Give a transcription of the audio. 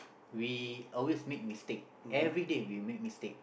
we always make mistake everyday we make mistake